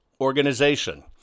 organization